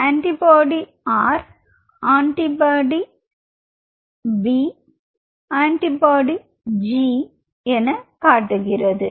antibody R antibody B ஆன்டிபாடிG எனக் காட்டுகிறது